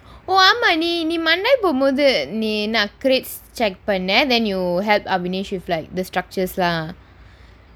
oh ஆமா நீ நீ:aamaa nee nee mandai போகும் போது நீ நான்:pogum pothu nee naan crates check பண்னேன்:pannaen then you have avineshu fly the structure lah the [one]